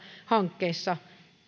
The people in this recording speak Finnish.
hankkeita